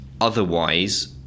Otherwise